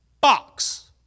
box